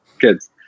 kids